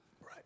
Right